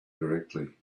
directly